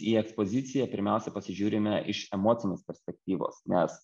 į ekspoziciją pirmiausia pasižiūrime iš emocinės perspektyvos nes